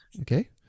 Okay